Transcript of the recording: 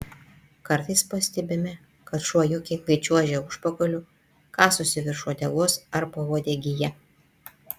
kartais pastebime kad šuo juokingai čiuožia užpakaliu kasosi virš uodegos ar pauodegyje